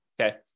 okay